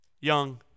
young